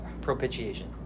propitiation